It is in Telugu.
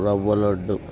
రవ్వలడ్డు